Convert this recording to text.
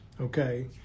Okay